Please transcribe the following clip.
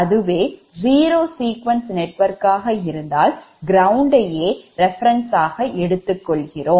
அதுவே zero sequence நெட்வொர்க்காக இருந்தால் ground யே reference ஆக எடுத்துக் கொள்கிறோம்